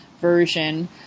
version